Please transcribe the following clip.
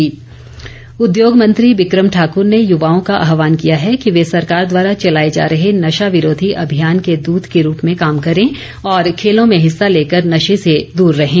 बिक्रम ठाकर उद्योग मंत्री बिक्रम ठाकुर ने युवाओं का आहवान किया कि वे सरकार द्वारा चलाए जा रहे नशा विरोधी अभियान के दृत के रूप में काम करे और खेलों में हिस्सा लेकर नशे से दूर रहें